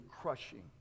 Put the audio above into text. crushing